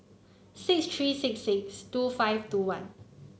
six three six six two five two one